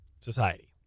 society